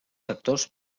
sectors